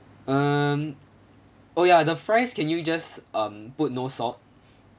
um oh ya the fries can you just um put no salt